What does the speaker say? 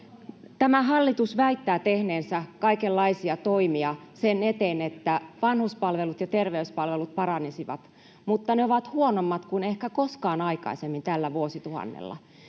Tämä hallitus väittää tehneensä kaikenlaisia toimia sen eteen, että vanhuspalvelut ja terveyspalvelut paranisivat, mutta ne ovat huonommat kuin ehkä koskaan aikaisemmin tällä vuosituhannella.